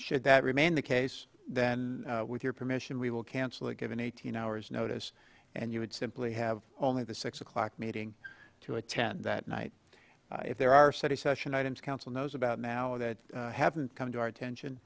should that remain the case then with your permission we will cancel the given eighteen hours notice and you would simply have only the six o'clock meeting to attend that night if there are city session items council knows about now that haven't come to our attention